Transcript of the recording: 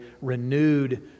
renewed